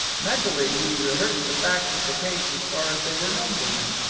mentally he rehearsed the facts of the case as far as they were known to him,